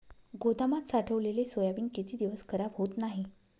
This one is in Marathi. गोदामात साठवलेले सोयाबीन किती दिवस खराब होत नाही?